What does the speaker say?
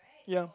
ya